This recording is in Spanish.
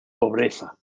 pobreza